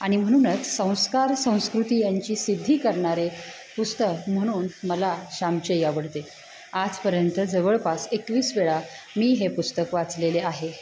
आणि म्हणूनच संस्कार संस्कृती यांची सिद्धी करणारे पुस्तक म्हणून मला श्यामची आई आवडते आजपर्यंत जवळपास एकवीस वेळा मी हे पुस्तक वाचलेले आहे